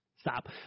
stop